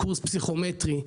קורס פסיכומטרי,